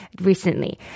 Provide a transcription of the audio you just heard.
recently